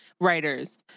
writers